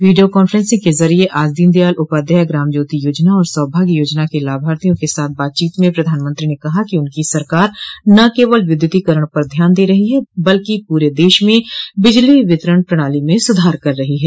video conferencing के जरिये आज दीनदयाल उपाध्याय ग्राम ज्योति योजना और सौभाग्य योजना के लाभार्थियों के साथ बातचीत में प्रधानमंत्री ने कहा कि उनकी सरकार न केवल विद्युतीकरण पर ध्यान दे रही है बल्कि पूरे देश में बिजली वितरण प्रणाली में सुधार कर रही है